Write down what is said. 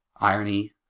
Irony